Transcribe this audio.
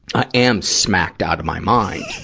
i am smacked out of my mind,